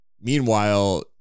meanwhile